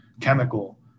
chemical